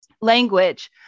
language